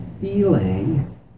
feeling